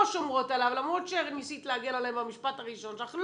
שומרות עליו למרות שניסית להגן עליהן במשפט הראשון שלך,